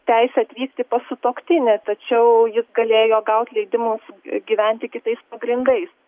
teise atvykti pas sutuoktinį tačiau jis galėjo gaut leidimus gyventi kitais pagrindais